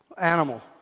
animal